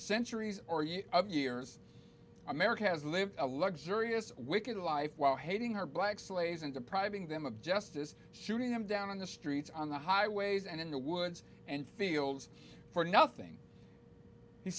centuries or use of years america has lived a luxury of waking life while hating her black slaves and depriving them of justice shooting them down on the streets on the highways and in the woods and fields for nothing he